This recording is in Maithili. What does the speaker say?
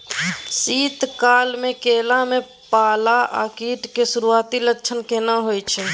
शीत काल में केला में पाला आ कीट के सुरूआती लक्षण केना हौय छै?